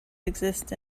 exist